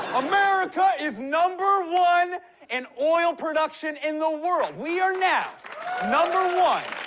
america is number one in oil production in the world. we are now number one.